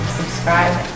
subscribe